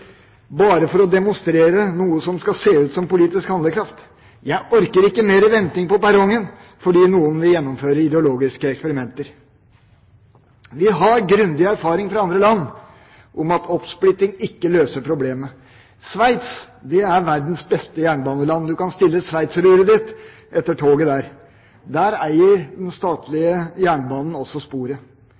bare for å demonstrere noe som skal se ut som politisk handlekraft. Jeg orker ikke mer venting på perrongen fordi noen vil gjennomføre ideologiske eksperimenter. Vi har grundig erfaring fra andre land for at oppsplitting ikke løser problemet. Sveits er verdens beste jernbaneland – du kan stille sveitseruret ditt etter toget der. Der eier den statlige jernbanen også sporet.